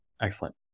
Excellent